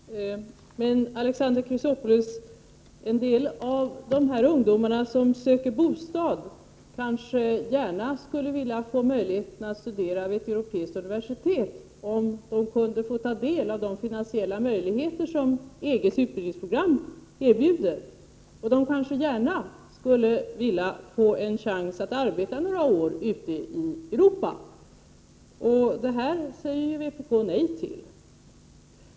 Herr talman! Jag vill säga till Alexander Chrisopoulos att en del av de ungdomar som söker bostad kanske gärna skulle vilja få möjlighet att studera vid ett europeiskt universitet, om de kunde få ta del av de finansiella möjligheter som EG:s utbildningsprogram erbjuder. De kanske gärna skulle vilja få en chans att arbeta några år ute i Europa. Detta säger vpk nej till.